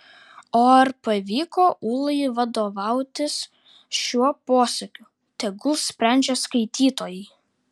o ar pavyko ūlai vadovautis šiuo posakiu tegul sprendžia skaitytojai